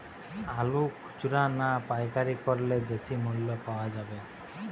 আলু খুচরা না পাইকারি করলে বেশি মূল্য পাওয়া যাবে?